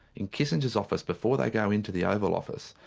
in kissinger's office before they go into the oval office,